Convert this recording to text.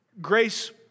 grace